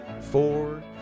four